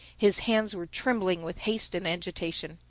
his hands were trembling with haste and agitation.